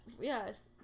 yes